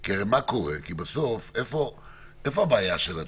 כי איפה הבעיה של התקש"חים?